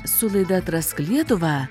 su laida atrask lietuvą